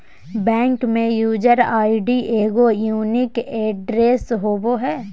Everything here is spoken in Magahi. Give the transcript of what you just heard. बैंक में यूजर आय.डी एगो यूनीक ऐड्रेस होबो हइ